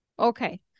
Okay